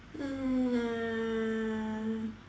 um